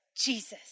Jesus